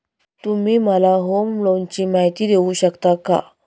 तुम्ही मला होम लोनची माहिती देऊ शकता का?